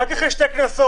רק אחרי שני קנסות,